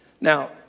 Now